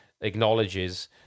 acknowledges